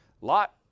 Lot